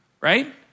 right